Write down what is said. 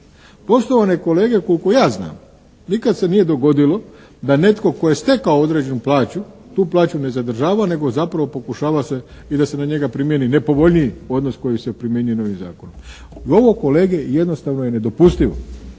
Poštovane kolege, koliko ja znam, nikad se nije dogodilo da netko tko je stekao određenu plaću, tu plaću ne zadržava nego zapravo pokušava se i da se na njega primjeni nepovoljniji odnos koji se primjenjuje novim zakonom. Ovo kolege, jednostavno je nedopustivo.